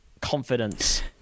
confidence